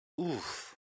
Oof